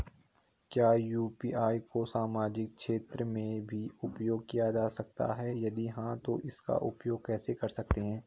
क्या यु.पी.आई को सामाजिक क्षेत्र में भी उपयोग किया जा सकता है यदि हाँ तो इसका उपयोग कैसे कर सकते हैं?